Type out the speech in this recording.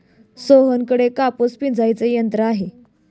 सोहनकडे कापूस पिंजायचे यंत्र आहे